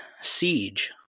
Siege